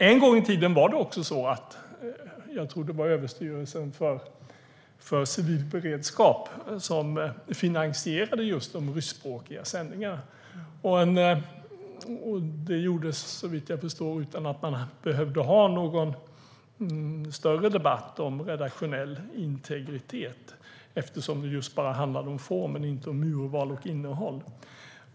En gång i tiden var det också så, tror jag, att det var Överstyrelsen för civil beredskap som finansierade just de ryskspråkiga sändningarna. Det gjordes såvitt jag förstår utan att man behövde ha någon större debatt om redaktionell integritet, eftersom det just bara handlade om formen och inte om urval och innehåll.